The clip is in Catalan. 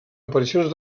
aparicions